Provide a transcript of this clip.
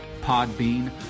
Podbean